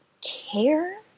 care